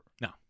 No